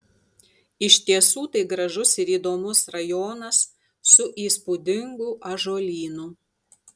iš tiesų tai gražus ir įdomus rajonas su įspūdingu ąžuolynu